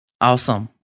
Awesome